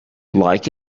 like